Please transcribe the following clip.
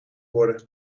worden